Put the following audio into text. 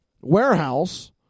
warehouse